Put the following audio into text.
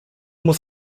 muss